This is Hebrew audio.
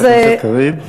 תודה, חברת הכנסת קריב.